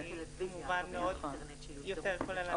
--- יותר כוללני.